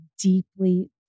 deeply